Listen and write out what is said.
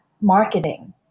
marketing